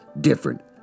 different